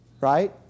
right